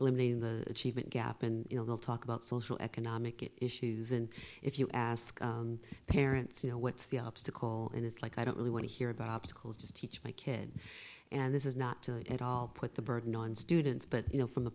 eliminating the achievement gap and you know they'll talk about social economic issues and if you ask parents you know what's the obstacle and it's like i don't really want to hear about obstacles just teach my kid and this is not good at all put the burden on students but you know from the